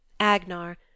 Agnar